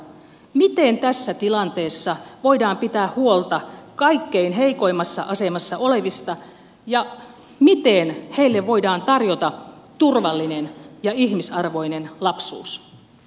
miten tässä tilanteessa voidaan pitää huolta kaikkein heikoimmassa asemassa olevista ja miten heille voidaan tarjota turvallinen ja ihmisarvoinen lapsuus